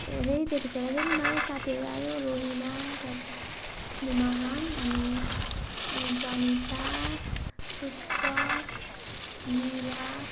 मेरो फेरि त्यतिखेर फेरि नयाँ साथीहरू आयो रोहिना क्लास नुमाहाङ अनि प्रनिता पुष्प निला